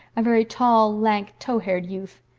a very tall, lank, tow-haired youth.